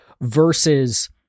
versus